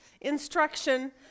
instruction